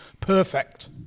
perfect